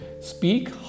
speak